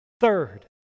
Third